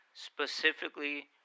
specifically